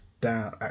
Down